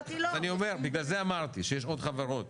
בגלל זה אמרתי שיש עוד חברות